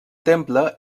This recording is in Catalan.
temple